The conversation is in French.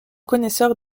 connaisseur